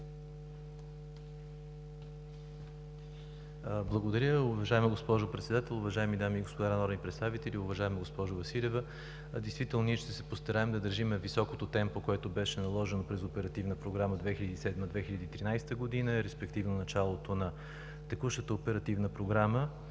Благодаря, уважаема госпожо Председател. Уважаеми дами и господа народни представители! Уважаема госпожо Василева, действително ние ще се постараем да държим високото темпо, което беше наложено през Оперативна програма 2007 – 2013 г., респективно началото на текущата